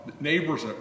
Neighbors